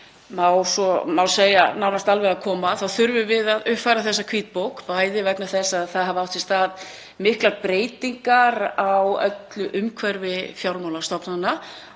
má segja nánast alveg að koma, þurfum við að uppfæra þessa hvítbók, bæði vegna þess að það hafa átt sér stað miklar breytingar á öllu umhverfi fjármálastofnana